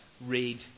read